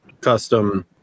custom